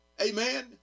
Amen